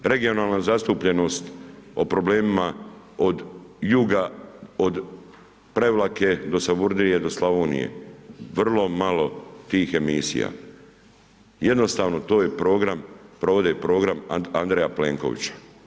HTV regionalna zastupljenost o problemima od juga, od Prevlake do Savudrije, do Slavonije, vrlo malo tih emisija, jednostavno to je program, provode program Andreja Plenkovića.